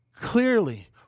clearly